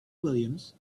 williams